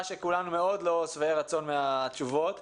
שאנחנו לא שבעי רצון מהתשובות,